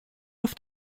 auf